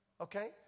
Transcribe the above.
Okay